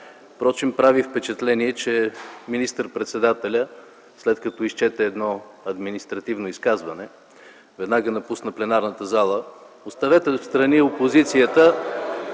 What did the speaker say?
събрание. Прави впечатление, че министър-председателят след като изчете едно административно изказване веднага напусна пленарната зала. (Шум от ГЕРБ.) Оставете настрана опозицията,